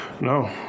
No